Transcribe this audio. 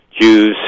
Jews